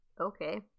okay